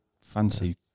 fancy